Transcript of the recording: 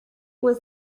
was